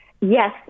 Yes